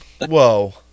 Whoa